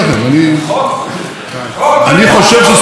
אני חושב שזכותכם לבקר.